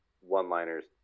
one-liners